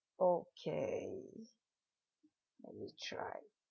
okay let me try